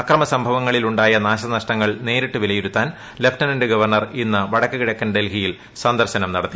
അക്രമസംഭവങ്ങളിൽ ഉണ്ടായ നാശനഷ്ടങ്ങൾ നേരിട്ട് വിലയിരുത്താൻ ലഫ്റ്റനന്റ് ഗവർണർ ഇന്ന് വടക്ക് കിഴക്കൻ ഡൽഹിയിൽ സന്ദർശനം നടത്തി